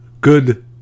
Good